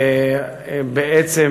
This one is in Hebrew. בעצם,